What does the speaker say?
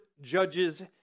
judges